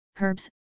herbs